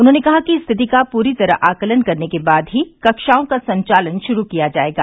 उन्होंने कहा कि स्थिति का पूरी तरह आकलन करने के बाद ही कक्षाओं का संचालन शुरू किया जाएगा